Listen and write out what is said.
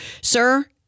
Sir